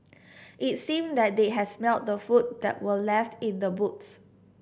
it seemed that they had smelt the food that were left in the boots